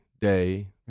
day